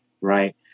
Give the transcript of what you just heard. right